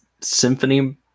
symphony